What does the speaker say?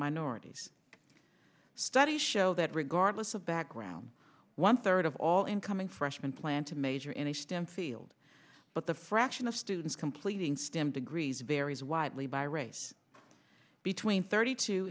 minorities studies show that regardless of background one third of all incoming freshmen plan to major in a stem field but the fraction of students completing stem degrees varies widely by race between thirty two